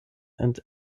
and